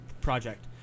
project